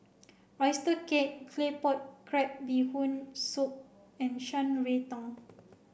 Oyster Cake Claypot Crab Bee Hoon Soup and Shan Rui Tang